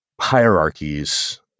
hierarchies